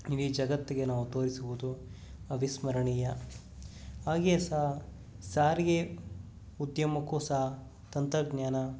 ಇಡೀ ಜಗತ್ತಿಗೆ ನಾವು ತೋರಿಸುವುದು ಅವಿಸ್ಮರಣೀಯ ಹಾಗೆ ಸಹ ಸಾರಿಗೆ ಉದ್ಯಮಕ್ಕೂ ಸಹ ತಂತ್ರಜ್ಞಾನ